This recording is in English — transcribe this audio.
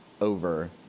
over